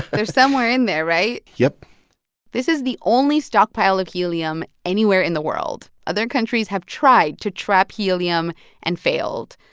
they're somewhere in there, right? yep this is the only stockpile of helium anywhere in the world. other countries have tried to trap helium and failed.